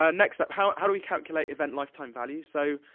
ah next up, how how do we calculate event lifetime value? so,